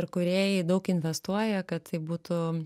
kūrėjai daug investuoja kad tai būtų